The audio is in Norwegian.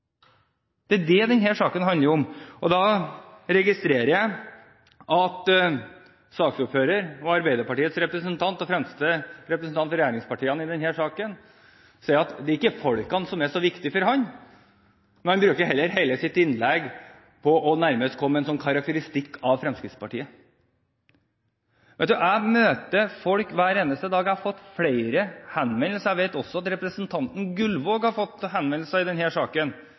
registrerer at saksordføreren, Arbeiderpartiets representant og fremste representant for regjeringspartiene i denne saken, sier at folkene ikke er så viktige for ham. Han bruker heller hele sitt innlegg på nærmest å komme med en karakteristikk av Fremskrittspartiet. Jeg møter folk hver eneste dag, og jeg har fått flere henvendelser. Jeg vet også at representanten Gullvåg har fått henvendelser i denne saken